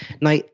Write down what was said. Now